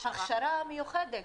וזה דורש הכשרה מיוחדת.